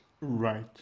Right